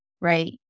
right